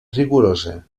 rigorosa